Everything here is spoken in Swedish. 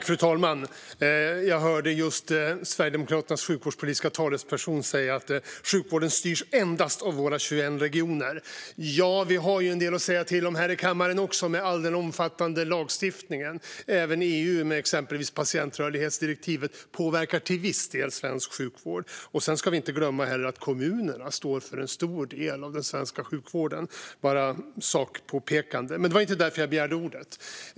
Fru talman! Jag hörde just Sverigedemokraternas sjukvårdspolitiska talesperson säga att sjukvården styrs endast av våra 21 regioner. Men vi har ju en del att säga till om här i kammaren också, med all den omfattande lagstiftningen. Även EU påverkar till viss del svensk sjukvård, exempelvis med patientrörlighetsdirektivet. Vi ska heller inte glömma att kommunerna står för en stor del av den svenska sjukvården. Det var ett sakpåpekande, men det var inte därför jag begärde ordet.